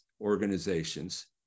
organizations